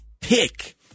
pick